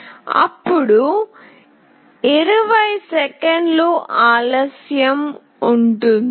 అప్పుడు 20 సెకన్ల ఆలస్యం ఉంటుంది